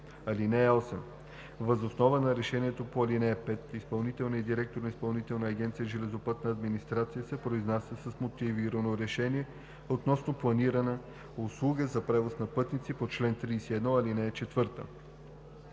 ал. 4. (8) Въз основа на решението по ал. 5 изпълнителният директор на Изпълнителна агенция „Железопътна администрация“ се произнася с мотивирано решение относно планирана услуга за превоз на пътници по чл. 31, ал. 4.